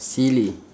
silly